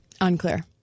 unclear